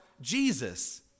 Jesus